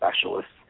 specialists